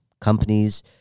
companies